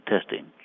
testing